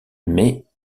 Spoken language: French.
mais